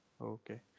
Okay